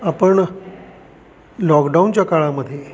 आपण लॉकडाऊनच्या काळामध्ये